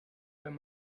wenn